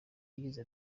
yagize